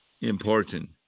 important